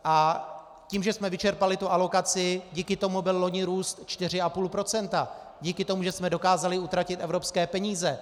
A tím, že jsme vyčerpali tu alokaci, díky tomu byl loni růst 4,5 %, díky tomu, že jsme dokázali utratit evropské peníze.